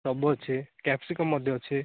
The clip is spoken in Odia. ସବୁ ଅଛି କ୍ୟାପସିକମ୍ ମଧ୍ୟ ଅଛି